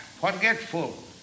forgetful